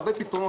המשתמשים.